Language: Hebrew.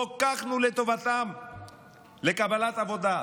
חוקקנו לטובתן לקבלת עבודה,